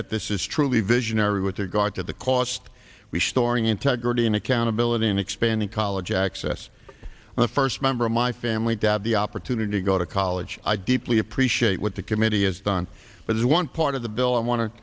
that this is truly visionary with regard to the cost we storing integrity and accountability in expanding college access and the first member of my family to have the opportunity to go to college i deeply appreciate what the committee has done but as one part of the bill i want to